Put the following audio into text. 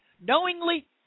knowingly